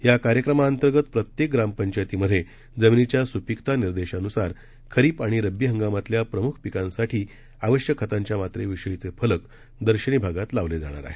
याकार्यक्रमाअंतर्गतप्रत्येकग्रामपंचायतीमधेजमिनीच्यास्पिकतानिर्देशान्सारखरीपआणिरब्बी हंगामातल्याप्रम्खपिकांसाठीआवश्यकखतांच्यामात्रेविषयीचेफलकदर्शनीभागातलावलेजाणार आहेत